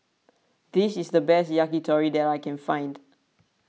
this is the best Yakitori that I can find